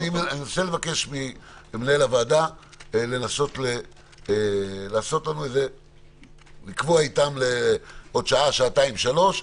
אני רוצה לבקש ממנהל הוועדה לנסות לקבוע איתם לעוד שעה-שעתיים-שלוש,